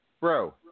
bro